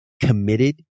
committed